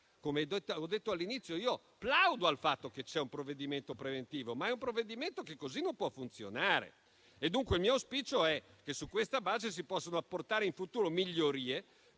Come ho detto all'inizio, plaudo al fatto che ci sia un provvedimento preventivo, ma è un provvedimento che così non può funzionare. Dunque il mio auspicio è che, su questa base, si possano apportare in futuro migliorie